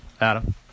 Adam